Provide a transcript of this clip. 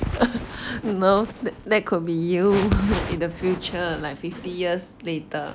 no that could be you in the future like fifty years later